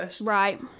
Right